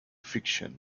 fiction